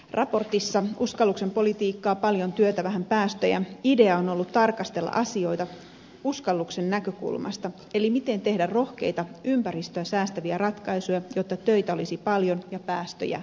raportissa uskalluksen politiikka paljon työtä vähän päästöjä idea on ollut tarkastella asioita uskalluksen näkökulmasta eli miten tehdä rohkeita ympäristöä säästäviä ratkaisuja jotta töitä olisi paljon ja päästöjä vähän